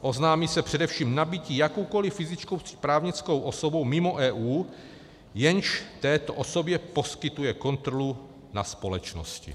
Oznámí se především nabytí jakoukoliv fyzickou či právnickou osobou mimo EU, jenž této osobě poskytuje kontrolu na společnosti.